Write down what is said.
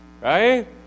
Right